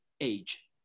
age